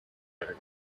very